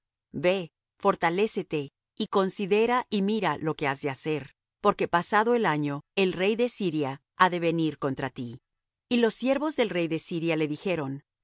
ve fortalécete y considera y mira lo que has de hacer porque pasado el año el rey de siria ha de venir contra ti y los siervos del rey de siria le dijeron